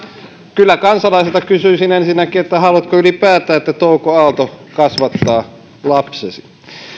kyllä kansalaisilta kysyisin ensinnäkin haluatko ylipäätään että touko aalto kasvattaa lapsesi